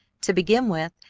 to begin with,